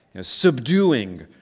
Subduing